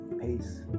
Peace